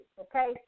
okay